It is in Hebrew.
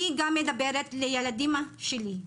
אני גם מדברת אל הילדים שלי.